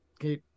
okay